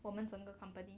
我们整个 company